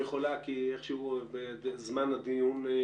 רק הנקודה של החומרים המסוכנים שהעלית בסוף הדברים שלך,